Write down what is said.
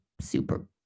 super